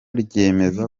ryemeza